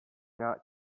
not